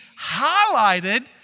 highlighted